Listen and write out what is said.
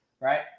Right